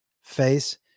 face